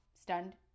stunned